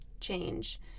change